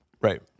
Right